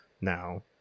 now